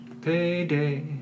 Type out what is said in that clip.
Payday